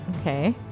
Okay